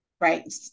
right